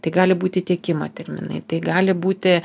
tai gali būti tiekimo terminai tai gali būti